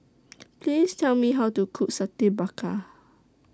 Please Tell Me How to Cook Satay Babat